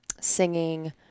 singing